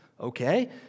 Okay